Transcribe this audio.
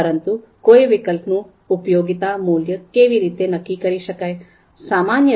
પરંતુ કોઈ વિકલ્પનું ઉપયોગિતા મૂલ્ય કેવી રીતે નક્કી કરી શકાય